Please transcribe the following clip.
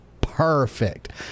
perfect